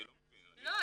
אני לא מבין --- לא,